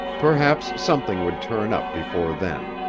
perhaps something would turn up before then.